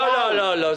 לא, לא.